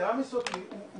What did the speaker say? ויתרה מזאת, הוא